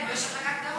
הכספים